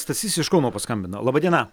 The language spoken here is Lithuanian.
stasys iš kauno paskambino laba diena